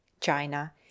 china